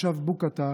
תושב בוקעתא,